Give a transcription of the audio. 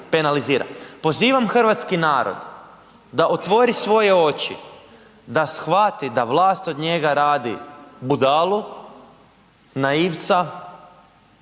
penalizira. Pozivam hrvatski narod da otvori svoje oči, da shvati da vlast od njega radi budalu, naivca,